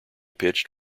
pitched